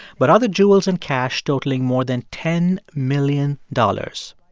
but other jewels and cash totaling more than ten million dollars.